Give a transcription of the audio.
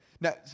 Now